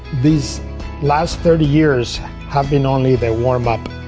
these last thirty years have been only the warm up.